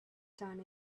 done